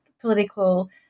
political